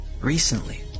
Recently